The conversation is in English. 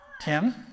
Tim